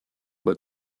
but